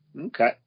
Okay